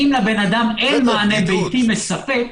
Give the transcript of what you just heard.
לאדם אין מענה ביתי מספק,